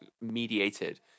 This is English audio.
mediated